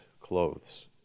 clothes